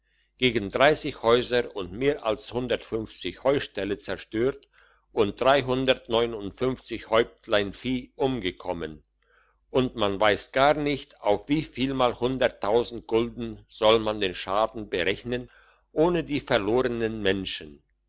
gegen häuser und mehr als heuställe zerstört und häuptlein vieh umgekommen und man weiss gar nicht auf wie vielmal hunderttausend gulden soll man den schaden berechnen ohne die verlornen menschen